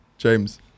James